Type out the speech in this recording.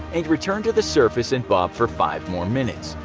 and return to the surface and bob for five more minutes.